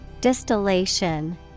Distillation